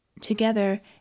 Together